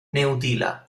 neutila